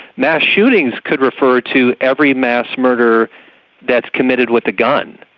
mass shootings could refer to every mass murder that's committed with a gun.